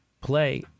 play